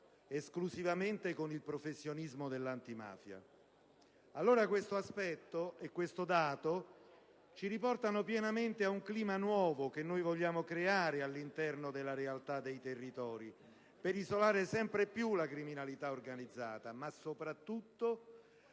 esclusivamente con il professionismo dell'antimafia. Allora, questo aspetto e questo dato ci riportano pienamente ad un clima nuovo, che noi vogliamo creare all'interno delle realtà dei territori per isolare sempre più la criminalità organizzata, ma soprattutto